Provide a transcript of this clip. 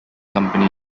company